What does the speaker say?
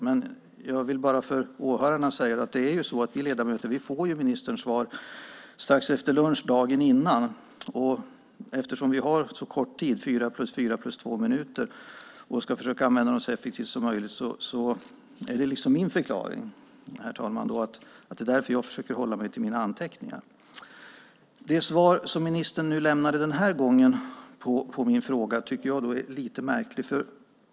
Men för åhörarna vill jag bara säga att vi ledamöter får ministerns svar strax efter lunch dagen före debatt. Eftersom vi har så kort tid som fyra plus fyra plus två minuter och ska försöka använda dem så effektivt som möjligt är min förklaring, herr talman, att jag därför försöker hålla mig till mina anteckningar. Det svar som ministern lämnade denna gång på min fråga är lite märkligt.